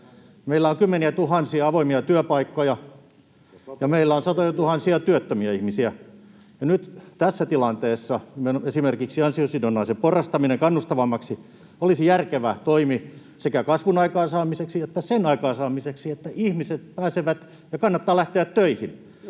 Meillä on kymmeniätuhansia avoimia työpaikkoja, ja meillä on satojatuhansia työttömiä ihmisiä. Nyt tässä tilanteessa meillä esimerkiksi ansiosidonnaisen porrastaminen kannustavammaksi olisi järkevä toimi sekä kasvun aikaansaamiseksi että sen aikaansaamiseksi, että ihmiset pääsevät ja heidän kannattaa lähteä töihin,